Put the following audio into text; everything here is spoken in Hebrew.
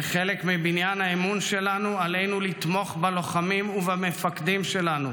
כחלק מבניין האמון שלנו עלינו לתמוך בלוחמים ובמפקדים שלנו,